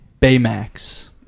Baymax